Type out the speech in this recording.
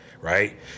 right